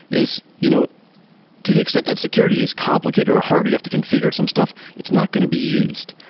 is you know to the extent that security is complicated or ah hard, you have to confi gure some stuff, it's not going to be used.